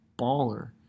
baller